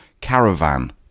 caravan